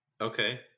Okay